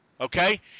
Okay